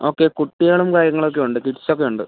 okay കുട്ടികളും കാര്യങ്ങൾ ഒക്കെ ഉണ്ട് കിഡ്സൊക്കെ ഉണ്ട്